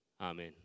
Amen